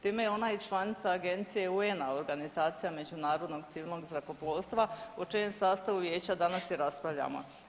Time je ona i članica Agencije UN-a Organizacija međunarodnog civilnog zrakoplovstva o čijem sastavu vijeća danas i raspravljamo.